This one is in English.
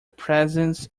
presence